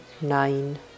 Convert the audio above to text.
nine